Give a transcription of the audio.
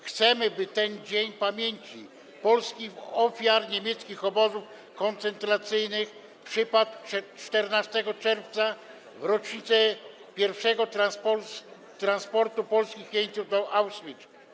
Chcemy, by ten dzień pamięci polskich ofiar niemieckich obozów koncentracyjnych przypadł 14 czerwca, w rocznicę pierwszego transportu polskich jeńców do Auschwitz.